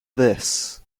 this